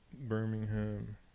Birmingham